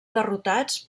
derrotats